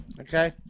Okay